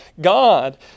God